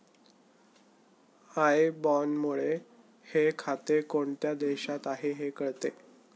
I बॅनमुळे हे खाते कोणत्या देशाचे आहे हे कळते